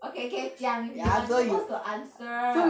okay okay 讲 you are supposed to answer